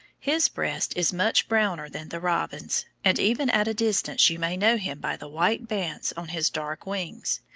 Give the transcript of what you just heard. his breast is much browner than the robin's, and even at a distance you may know him by the white bands on his dark wings,